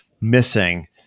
missing